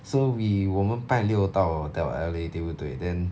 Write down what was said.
so we 我们拜六到 hotel L_A 对不对 then